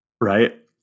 right